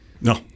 No